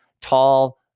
Tall